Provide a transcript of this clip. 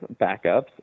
backups